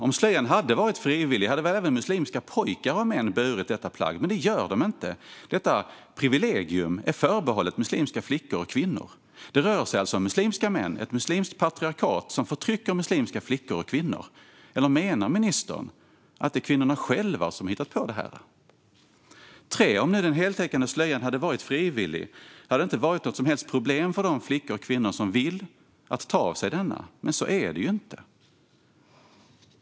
Om slöjan hade varit frivillig hade väl även muslimska pojkar och män burit detta plagg. Men det gör de inte. Detta privilegium är förbehållet muslimska flickor och kvinnor. Det rör sig alltså om muslimska män, ett muslimskt patriarkat, som förtrycker muslimska flickor och kvinnor. Eller menar ministern att det är kvinnorna själva som har hittat på detta? Om den heltäckande slöjan hade varit frivillig hade det inte varit något som helst problem för de flickor och kvinnor som vill att ta av sig denna. Men så är det inte.